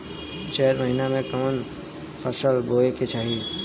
चैत महीना में कवन फशल बोए के चाही?